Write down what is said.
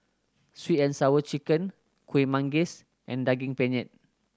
Sweet And Sour Chicken Kuih Manggis and Daging Penyet